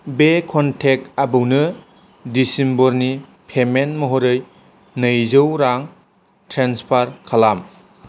बे कनटेक्ट आबौनो दिसेम्बरनि पेमेन्ट महरै नैजौ रां ट्रेन्सफार खालाम